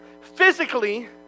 physically